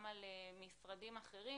גם על משרדים אחרים